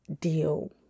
deal